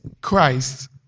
Christ